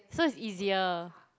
so it's easier